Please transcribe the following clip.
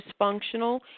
dysfunctional